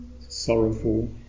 sorrowful